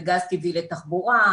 בגז טבעי לתחבורה,